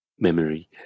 memory